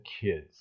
kids